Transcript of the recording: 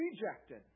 rejected